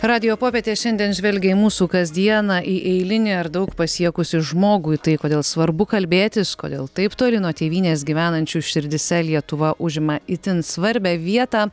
radijo popietė šiandien žvelgia į mūsų kasdieną į eilinį ar daug pasiekusį žmogų tai kodėl svarbu kalbėtis kodėl taip toli nuo tėvynės gyvenančių širdyse lietuva užima itin svarbią vietą